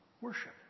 worship